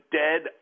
dead